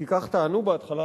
כי כך טענו בהתחלה,